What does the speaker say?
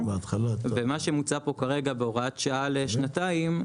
ומה שמוצע פה כרגע בהוראת שעה לשנתיים,